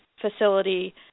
facility